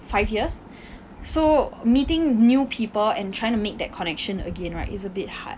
five years so meeting new people and trying to make that connection again right is a bit hard